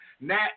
Nat